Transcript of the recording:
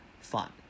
fun